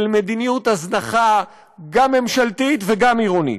מדיניות הזנחה גם ממשלתית וגם עירונית,